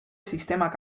sistemak